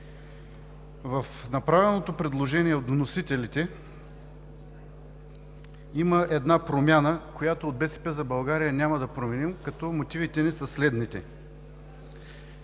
В направеното предложение от вносителите има една промяна, която от „БСП за България“ няма да подкрепим, като мотивите ни са следните.